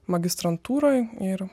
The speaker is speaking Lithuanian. magistrantūroj ir